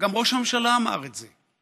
גם ראש הממשלה אמר את זה,